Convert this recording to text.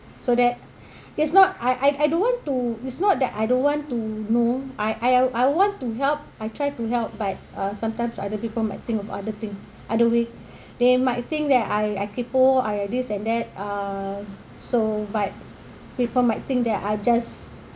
so that it's not I I I don't want to it's not that I don't want to you know I I I want to help I try to help but uh sometimes other people might think of other thing other way they might think that I I kaypo I this and that uh so but people might think that I just